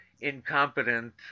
incompetent